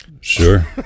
sure